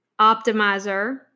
optimizer